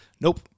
Nope